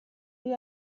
wie